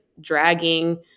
dragging